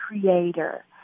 Creator